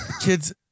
Kids